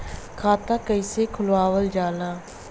खाता कइसे खुलावल जाला?